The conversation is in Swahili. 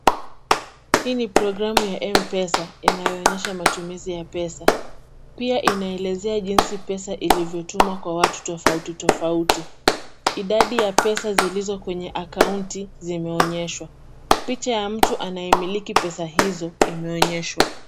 Hii ni programu ya MPESA inayoonyesha matumizi ya pesa. Pia inaelezea jinsi pesa ilivyotumwa kwa watu tofauti tofauti. Idadi ya pesa zilizo kwenye akaunti zimeonyeshwa. Picha ya mtu anayemiliki pesa hizo imeonyeshwa.